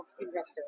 investors